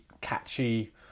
catchy